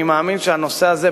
אני מאמין שהנושא הזה,